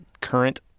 current